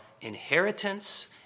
inheritance